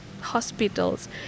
hospitals